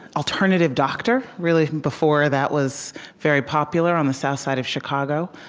alternative doctor, really before that was very popular, on the south side of chicago.